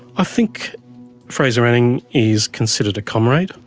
i think fraser anning is considered a comrade.